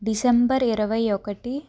December ఇరవై ఒకటి